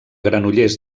granollers